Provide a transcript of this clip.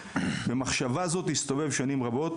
במחשבה זו הסתובב שנים רבות,